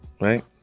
right